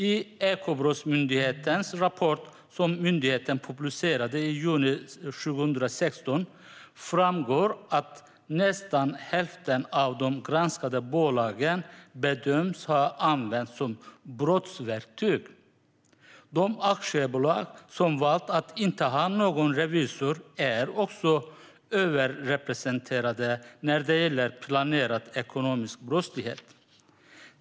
I Ekobrottsmyndighetens rapport, som myndigheten publicerade i juni 2016, framgår att nästan hälften av de granskade bolagen bedöms ha använts som brottsverktyg. De aktiebolag som valt att inte ha någon revisor är också överrepresenterade när det gäller planerad ekonomisk brottslighet.